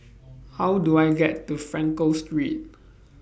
How Do I get to Frankel Street